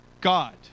God